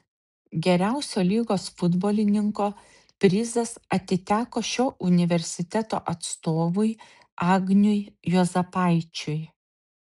geriausio lygos futbolininko prizas atiteko šio universiteto atstovui agniui juozapaičiui